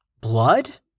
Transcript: Blood